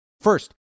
First